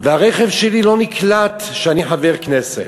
והרכב שלי, לא נקלט שאני חבר כנסת.